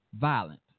violent